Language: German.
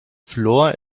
fluor